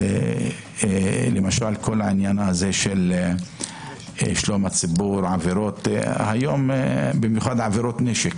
למשל העניין של שלום הציבור, במיוחד עבירות נשק